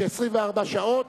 ש-24 שעות,